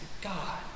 God